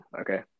okay